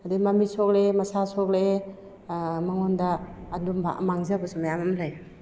ꯑꯗꯩ ꯃꯃꯤꯠ ꯁꯣꯛꯂꯛꯑꯦ ꯃꯁꯥ ꯁꯣꯛꯂꯛꯑꯦ ꯃꯉꯣꯟꯗ ꯑꯗꯨꯝꯕ ꯃꯥꯡꯖꯕꯁꯨ ꯃꯌꯥꯝ ꯑꯃ ꯂꯩ